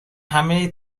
همه